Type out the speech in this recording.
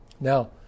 Now